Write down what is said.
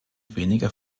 weniger